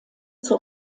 zur